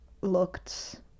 looked